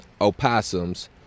opossums